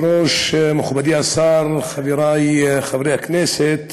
מכובדי היושב-ראש, מכובדי השר, חברי חברי הכנסת,